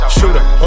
Shooter